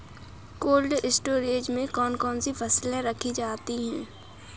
Cold storage में कौन कौन सी फसलें रखी जाती हैं?